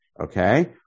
Okay